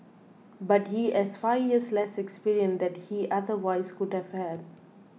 but he is five years less experience that he otherwise would have had